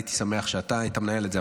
הייתי שמח אם אתה היית מנהל את זה,